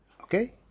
Okay